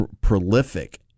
prolific